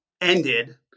ended